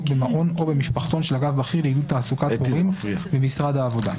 במעון או במשפחתון של אגף בכיר לעידוד תעסוקת הורים במשרד העבודה."